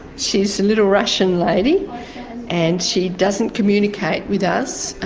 she's a little russian lady and she doesn't communicate with us.